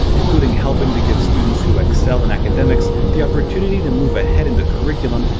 including helping to give students who excel in academics the opportunity to move ahead in the curriculum.